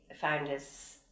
founder's